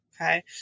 Okay